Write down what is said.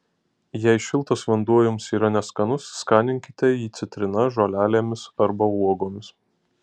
jei šiltas vanduo jums yra neskanus skaninkite jį citrina žolelėmis arba uogomis